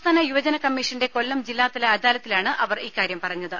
സംസ്ഥാന യുവജന കമ്മീഷന്റെ കൊല്ലം ജില്ലാതല അദാലത്തിലാണ് അവർ ഇക്കാര്യം പറഞ്ഞത്